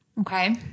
Okay